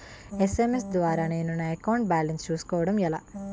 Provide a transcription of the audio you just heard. SMS ద్వారా నేను నా అకౌంట్ బాలన్స్ చూసుకోవడం ఎలా?